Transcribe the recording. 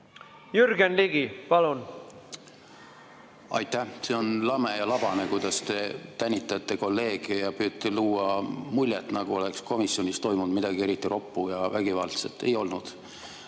Jürgen Ligi, palun! Aitäh! See on lame ja labane, kuidas te tänitate kolleegide kallal ja püüate luua muljet, nagu oleks komisjonis toimunud midagi eriti roppu ja vägivaldset. Ei toimunud.